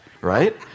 right